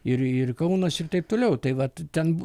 ir ir kaunas ir taip toliau tai vat ten